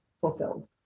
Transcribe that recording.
fulfilled